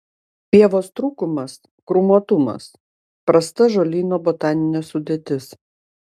pievos trūkumas krūmuotumas prasta žolyno botaninė sudėtis